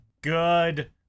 good